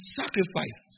sacrifice